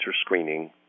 screening